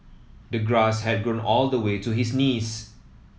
the grass had grown all the way to his knees